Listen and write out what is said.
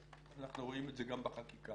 אנחנו רואים את זה גם בחקיקה